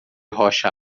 rocha